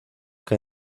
que